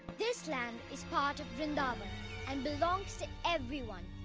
this land is part of vrindavan and belongs to everyone.